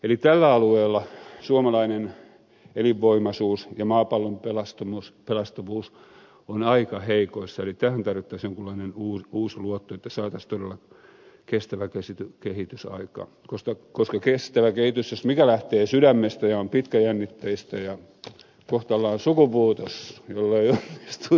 eli tällä alueella suomalainen elinvoimaisuus ja maapallon pelastuvuus on aika heikoissa eli tähän tarvittaisiin jonkunlainen uusluotto että saataisiin todella kestävä kehitys aikaan koska kestävä kehitys jos mikä lähtee sydämestä ja on pitkäjännitteistä ja kohta ollaan sukupuutos jollei onnistu ilmastonmuutos